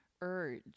urge